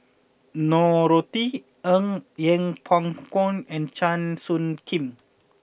Norothy Ng Yeng Pway Ngon and Chua Soo Khim